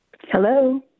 Hello